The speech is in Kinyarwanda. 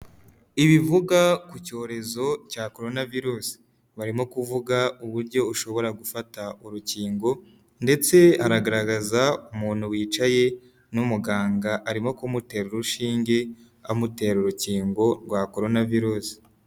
Ibivuga ku cyorezo cya Corona virus. Barimo kuvuga uburyo ushobora gufata urukingo ndetse aragaragaza umuntu wicaye n'umuganga arimo ku mutera urushinge amutera urukingo rwa Corona virus.